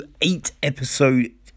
eight-episode